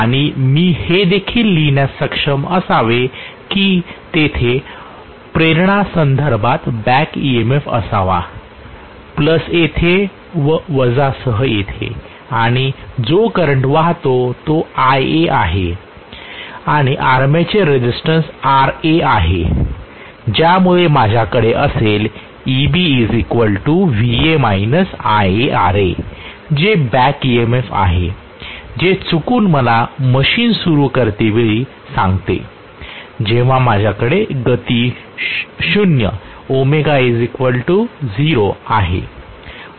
आणि मी हे देखील लिहिण्यास सक्षम असावे की तेथे प्रेरणासंदर्भात बॅक ईएमएफ असावा प्लस येथे व वजासह येथे आणि जो करंट वाहतो तो Ia आहे आणि आर्मेचर रेझिस्टन्स Ra आहे ज्यामुळे माझ्याकडे असेन Eb Va IaRa जे बॅक EMF आहे जे चुकून मला मशीन सुरू करतेवेळी सांगते जेव्हा माझ्याकडे गती शून्य ω 0 आहे